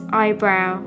eyebrow